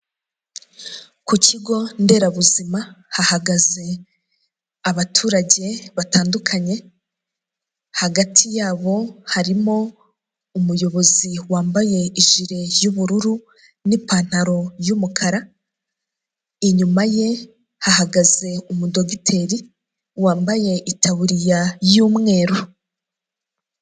Ku kigo nderabuzima hahagaze abaturage batandukanye, hagati yabo harimo umuyobozi wambaye ijire y'ubururu n'ipantaro y'umukara, inyuma ye hahagaze umudogiteri wambaye itaburiya y'umweru.